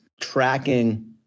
tracking